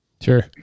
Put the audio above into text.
Sure